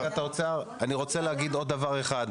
לפני כן אני רוצה להגיד עוד דבר אחד.